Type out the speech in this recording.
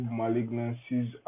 malignancies